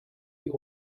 die